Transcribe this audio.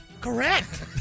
Correct